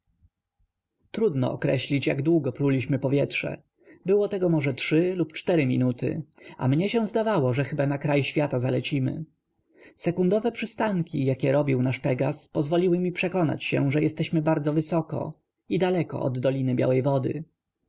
trudno określić jak długo pruliśmy powietrze było tego może lub minuty a mnie się zdawało że chyba na kraj świata zalecimy sekundowe przystanki jakie robił nasz pegaz pozwoliły mi przekonać się że jesteśmy bardzo wysoko i daleko od doliny białej wody